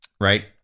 right